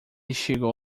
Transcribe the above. chegou